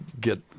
get